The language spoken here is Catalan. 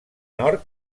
nord